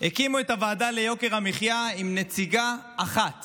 הקימו את הוועדה ליוקר המחיה עם נציגה אחת